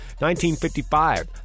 1955